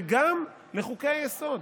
וגם לחוקי-היסוד.